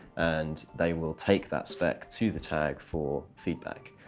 and they will take that spec to the tag for feedback.